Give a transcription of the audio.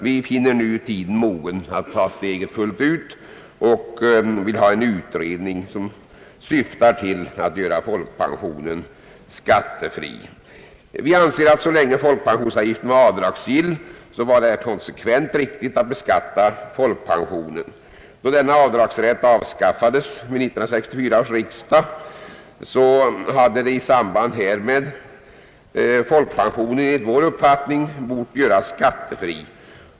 Nu finner vi tiden mogen att ta steget fullt ut, och vi vill ha en utredning som syftar till att göra folkpensionen skattefri. Vi anser att så länge folkpensionsavgiften var avdragsgill var det konsekvent och riktigt att beskatta folkpensionen. I samband med att denna avdragsrätt avskaffades vid 1964 års riksdag hade enligt vår mening folkpensionen bort göras skattefri.